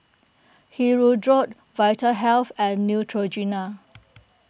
Hirudoid Vitahealth and Neutrogena